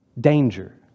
Danger